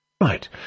Right